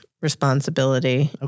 responsibility